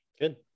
good